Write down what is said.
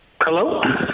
hello